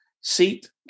seat